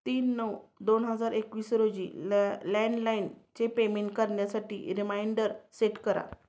तीन नऊ दोन हजार एकवीस रोजी लॅ लँडलाइनचे पेमेंट करण्यासाठी रिमाइंडर सेट करा